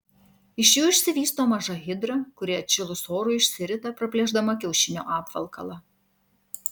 iš jų išsivysto maža hidra kuri atšilus orui išsirita praplėšdama kiaušinio apvalkalą